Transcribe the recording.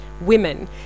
women